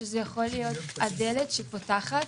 זו יכולה להיות הדלת שפותחת